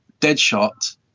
Deadshot